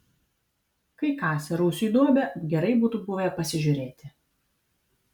kai kasė rūsiui duobę gerai būtų buvę pasižiūrėti